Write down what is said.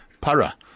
para